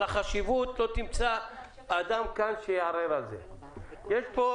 לא תמצא כאן אדם שיערער על החשיבות.